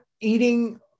eating